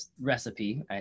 recipe